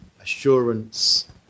assurance